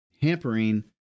hampering